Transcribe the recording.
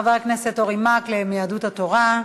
אחריו, חבר הכנסת אורי מקלב מיהדות התורה,